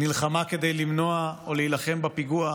היא נלחמה כדי למנוע או להילחם בפיגוע